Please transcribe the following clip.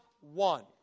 one